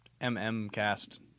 M-M-Cast